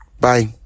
Bye